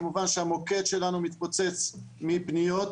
כמובן שהמוקד שלנו מתפוצץ מפניות.